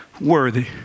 worthy